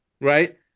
right